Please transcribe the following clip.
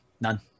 None